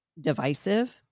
divisive